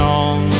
on